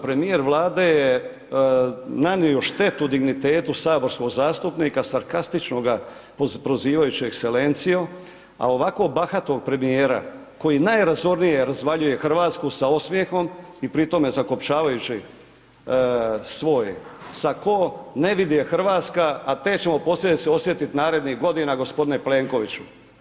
Premijer Vlade je nanio štetu dignitetu saborskog zastupnika, sarkastično ga prozivajući ekscelencijo a ovako bahatog premijera koji najrazornije razvaljuje Hrvatsku sa osmjehom i pri tome zakopčavajući svoj sako ne vidi je Hrvatska a te ćemo posljedice osjetiti narednih godina g. Plenkovići.